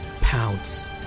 pounce